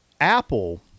apple